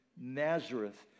Nazareth